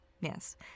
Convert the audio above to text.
yes